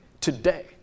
today